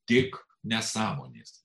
tik nesąmonės